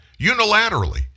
unilaterally